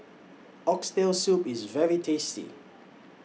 Oxtail Soup IS very tasty